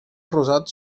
rosat